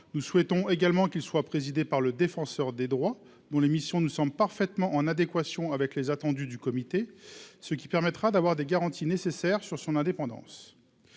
nous souhaitons également qu'il soit présidé par le défenseur des droits, dont les missions ne sommes parfaitement en adéquation avec les attendus du comité, ce qui permettra d'avoir des garanties nécessaires sur son indépendance,